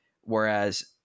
Whereas